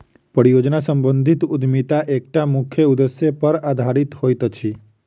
परियोजना सम्बंधित उद्यमिता एकटा मुख्य उदेश्य पर आधारित होइत अछि